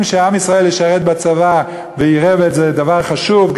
שעם ישראל ישרת בצבא ויראה בזה דבר חשוב,